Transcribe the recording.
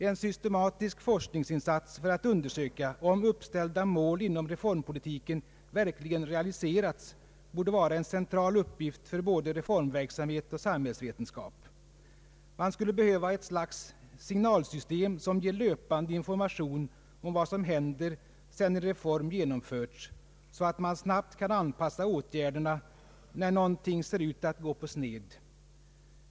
En systematisk forskningsinsats för att undersöka om uppställda mål inom reformpolitiken verkligen realiserats borde vara en central uppgift för både reformverksamhet och <samhällsvetenskap. Man skulle behöva ett slags ”signalsystem”, som ger löpande information om vad som händer sedan en reform genomförts, så att man snabbt kan anpassa åtgärderna när någonting ser ut att ”gå på sned”.